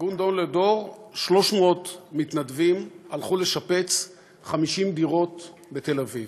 ארגון "דור לדור" 300 מתנדבים הלכו לשפץ 50 דירות בתל-אביב.